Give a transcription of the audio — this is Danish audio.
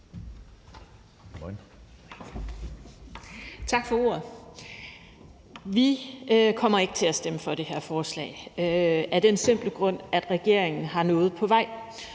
Tak for ordet. Vi kommer ikke til at stemme for det her forslag – af den simple grund, at regeringen har noget på vej.